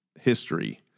history